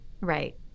Right